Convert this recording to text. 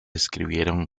escribieron